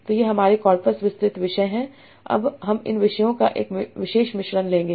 तो ये हमारे कॉरपस विस्तृत विषय हैं अब हम इन विषयों का एक विशेष मिश्रण लेंगे